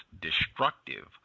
destructive